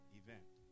event